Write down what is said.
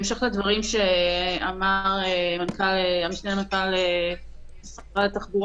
לוועדה אין שום קריטריון שקובע אם האדם חרדי או לא חרדי,